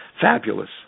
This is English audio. fabulous